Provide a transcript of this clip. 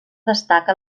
destaca